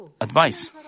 advice